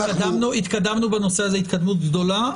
התקדמנו בנושא הזה התקדמות גדולה.